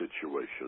situation